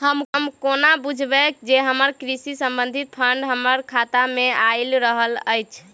हम कोना बुझबै जे हमरा कृषि संबंधित फंड हम्मर खाता मे आइल अछि?